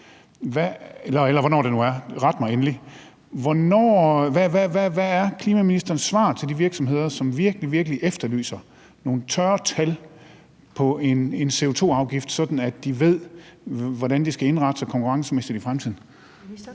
Hvad er klimaministerens svar til de virksomheder, der virkelig, virkelig efterlyser nogle tørre tal for en CO2-afgift, sådan at de ved, hvordan de skal indrette sig konkurrencemæssigt i fremtiden?